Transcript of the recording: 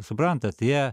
suprantat jie